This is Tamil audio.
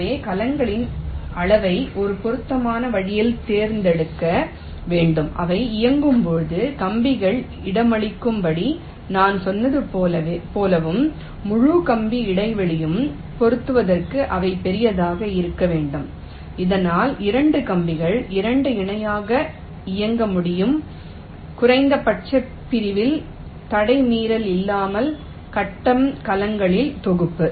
எனவே கலங்களின் அளவை ஒரு பொருத்தமான வழியில் தேர்ந்தெடுக்க வேண்டும் அவை இயங்கும் போது கம்பிகள் இடமளிக்கும்படி நான் சொன்னது போலவும் முழு கம்பி இடைவெளியையும் பொருத்துவதற்கு அவை பெரியதாக இருக்க வேண்டும் இதனால் 2 கம்பிகள் 2 இணையாக இயங்க முடியும் குறைந்தபட்ச பிரிப்பு தடை மீறல் இல்லாமல் கட்டம் கலங்களின் தொகுப்பு